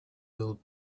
will